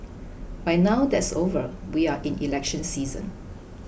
but now that's over we are in election season